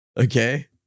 Okay